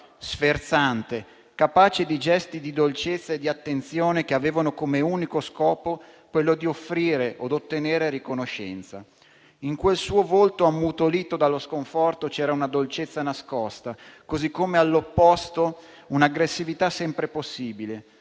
sferzante, capace di gesti di dolcezza e di attenzione che avevano come unico scopo quello di offrire o di ottenere riconoscenza. In quel suo volto ammutolito dallo sconforto c'era una dolcezza nascosta, così come all'opposto un'aggressività sempre possibile,